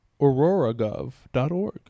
auroragov.org